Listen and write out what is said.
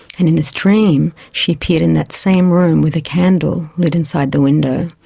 and in this dream she appeared in that same room with a candle lit inside the window,